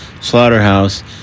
slaughterhouse